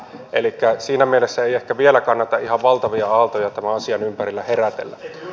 elikkä siinä mielessä ei ehkä vielä kannata ihan valtavia aaltoja tämän asian ympärillä herätellä